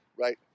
right